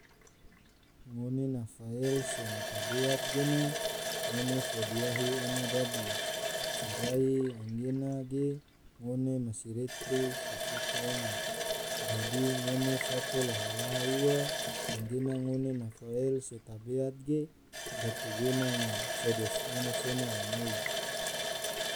Ngone na fael se na tabeat gena, ngone fo diahi ena dadi sorai anggena ge ngone masirete so feto ena dadi ngone fato laha-laha ua anggena ngone na fael se tabeat ge gate gena ma sado ngone sone almoi.